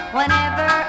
Whenever